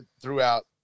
throughout